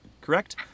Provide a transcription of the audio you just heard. Correct